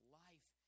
life